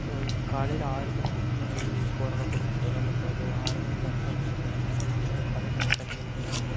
காலையில் ஆறு மணிக்கு போறோம்ண்ணா குடும்பத்தோட எல்லா குலதெய்வ ஆறுமணிக்கு கரெக்டாக வந்திருங்கண்ணா சங்ககிரியில பழைய பஸ் ஸ்டாண்டுக்கு வந்துடுங்க